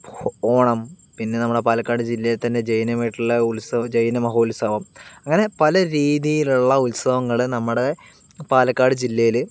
ഹൊ ഓണം പിന്നെ നമ്മുടെ പാലക്കാട് ജില്ലയിൽ തന്നെ ജൈനമായിട്ടുള്ള ഉൽസവം ജൈന മഹോത്സവം അങ്ങനെ പല രീതിയിലുള്ള ഉത്സവങ്ങൾ നമ്മുടെ പാലക്കാട് ജില്ലയിൽ